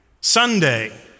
Sunday